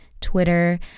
Twitter